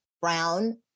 brown